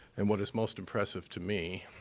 and what is most impressive to me,